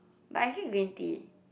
but I hate green tea